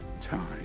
time